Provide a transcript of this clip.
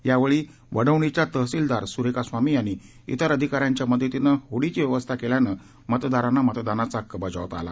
त्यावेळी वडवणीच्या तहसीलदार सुरेखा स्वामी यांनी इतर अधिकाऱ्यांच्या मदतीनं होडीची व्यवस्था केल्यानं मतदारांना मतदानाचा हक्क बजावता आला